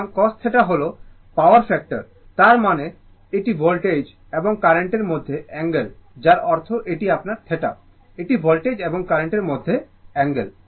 সুতরাং cos θ হল power factor তার মানে এটি ভোল্টেজ এবং কারেন্টের মধ্যে অ্যাঙ্গেল যার অর্থ এটি আপনার θ এটি ভোল্টেজ এবং কারেন্টের মধ্যে অ্যাঙ্গেল